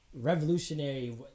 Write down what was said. revolutionary